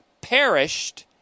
perished